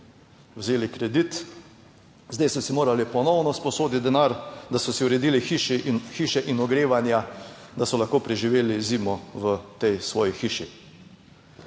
vzeli kredit. Zdaj so si morali ponovno sposoditi denar, da so si uredili hiše in ogrevanja, da so lahko preživeli zimo v tej svoji hiši.